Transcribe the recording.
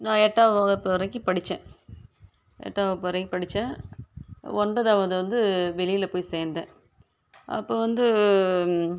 நான் எட்டாம் வகுப்பு வரைக்கும் படித்தேன் எட்டாம் வகுப்பு வரைக்கும் படித்தேன் ஒன்பதாவது வந்து வெளியில் போய் சேர்ந்தேன் அப்போது வந்து